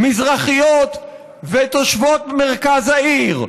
מזרחיות ותושבות מרכז העיר,